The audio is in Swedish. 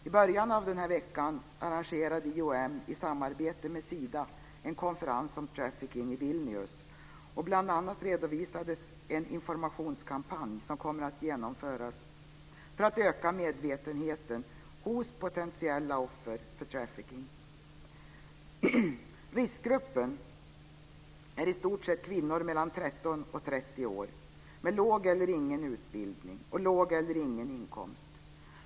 I början av den här veckan arrangerade IOM i samarbete med Sida en konferens om trafficking i Vilnius, och bl.a. redovisades en informationskampanj som kommer att genomföras för att öka medvetenheten hos potentiella offer för trafficking. Riskgruppen är i stort sett kvinnor mellan 13 och 30 år med låg eller ingen utbildning och låg eller ingen inkomst.